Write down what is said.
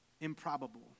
improbable